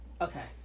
Okay